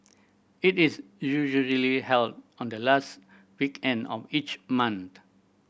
it is usually held on the last weekend of each month